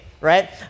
right